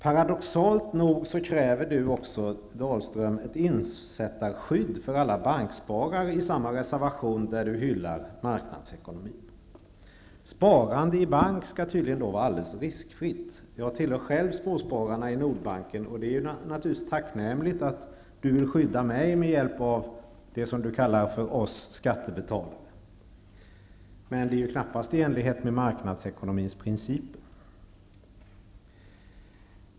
Paradoxalt nog kräver Dalström också insättarskydd för alla banksparare i samma reservation där han hyllar marknadsekonomin. Sparande i bank skall tydligen vara alldeles riskfritt. Jag tillhör själv småspararna i Nordbanken, och det är tacknämligt att Dalström vill skydda mig med hjälp av det han kallar ''oss skattebetalare''. Men det är knappast i enlighet med marknadsekonomins principer.